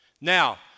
Now